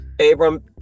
abram